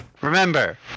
Remember